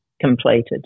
completed